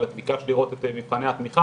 אבל את ביקשת לקרוא את מבחני התמיכה.